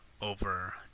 over